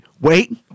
wait